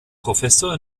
professor